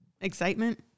excitement